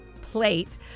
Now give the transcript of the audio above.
plate